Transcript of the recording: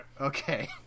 okay